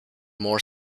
more